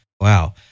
Wow